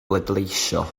bleidleisio